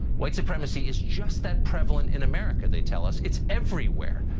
white supremacy is just that prevalent in america, they tell us, it's everywhere.